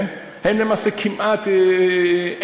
למעשה אין להן כמעט חופשות,